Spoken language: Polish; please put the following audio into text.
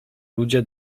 ludzie